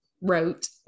wrote